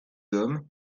hommes